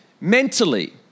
mentally